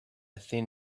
thin